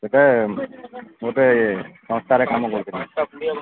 ଗୋଟେ ଗୋଟେ ସଂସ୍ଥାରେ କାମ କରୁଛନ୍ତି